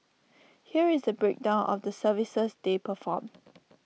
here is A breakdown of the services they perform